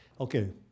Okay